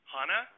Hana